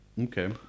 Okay